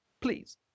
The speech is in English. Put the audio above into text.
Please